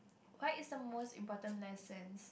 what is the most important lesson